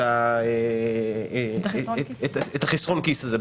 את "חסרון כיס".